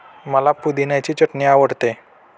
मला पुदिन्याची चटणी आवडते